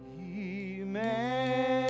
Amen